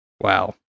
Wow